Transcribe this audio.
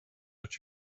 but